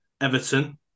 Everton